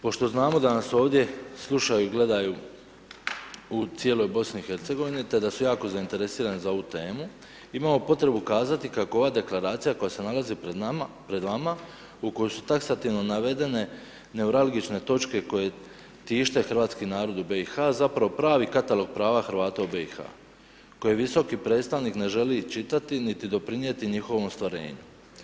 Pošto znamo da nas ovdje slušaju i gledaju u cijeloj Bosni i Hercegovini, te da su jako zainteresirani za ovu temu, imamo potrebu kazati, kako ova Deklaracija koja se nalazi pred nama, pred vama, u kojoj su taksativno navedene neuralgične točke koje tište hrvatski narod u BiH, zapravo pravi katalog prava Hrvata u BiH, koje visoki predstavnik ne želi čitati, niti doprinijeti njihovom ostvarenju.